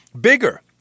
bigger